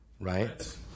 right